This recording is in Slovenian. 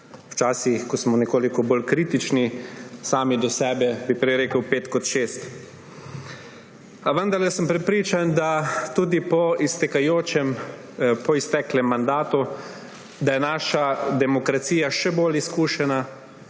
Včasih, ko smo nekoliko bolj kritični sami do sebe, bi prej rekel pet kot šest. A vendarle sem tudi po izteklem mandatu prepričan, da je naša demokracija še bolj izkušena,